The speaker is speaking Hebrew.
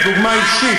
תקנה 386א,